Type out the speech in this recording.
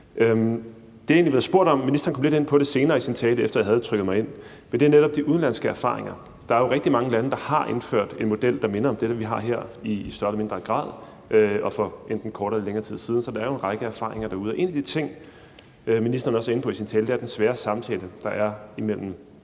Det, jeg egentlig ville have spurgt om – ministeren kom lidt ind på det senere i sin tale, efter at jeg havde trykket mig ind – er netop vedrørende de udenlandske erfaringer. Der er jo rigtig mange lande, der har indført en model, der minder om den, vi har her, i større eller mindre grad og for enten kortere eller længere tid siden. Så er der jo en række erfaringer derude. Og en af de ting, ministeren også er inde på i sin tale, er den svære samtale, der er mellem